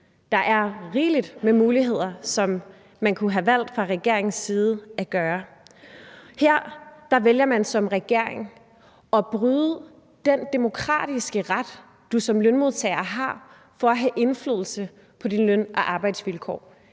Der er rigeligt med muligheder, som man fra regeringens side kunne have valgt at bruge. Her vælger man som regering at bryde med den demokratiske ret, du som lønmodtager har til at have indflydelse på dine løn- og arbejdsvilkår.